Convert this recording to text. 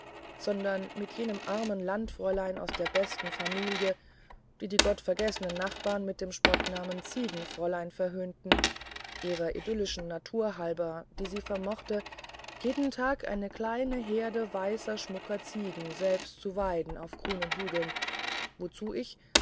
sondern mit jenem armen landfräulein aus der besten familie die die gottvergessenen nachbarn mit dem spottnamen ziegenfräulein verhöhnten ihrer idyllischen natur halber die sie vermochte jeden tages eine kleine herde weißer schmucker ziegen selbst zu weiden auf grünen hügeln wozu ich